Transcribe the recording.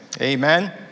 Amen